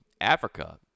Africa